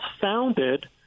founded